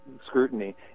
scrutiny